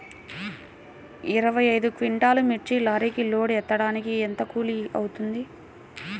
ఇరవై ఐదు క్వింటాల్లు మిర్చి లారీకి లోడ్ ఎత్తడానికి ఎంత కూలి అవుతుంది?